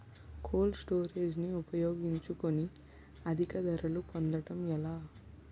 Cold storage ని ఉపయోగించుకొని అధిక ధరలు పొందడం ఎలా?